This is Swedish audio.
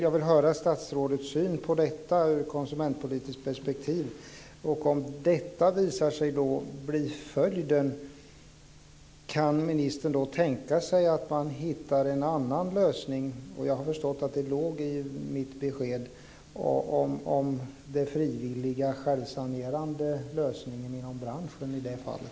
Jag vill höra statsrådets syn på detta konsumentpolitiska perspektiv. Om detta visar sig bli följden, kan ministern då tänka sig att man hittar en annan lösning? Jag har förstått att det låg i mitt besked om den frivilliga och självsanerande lösningen inom branschen i det fallet.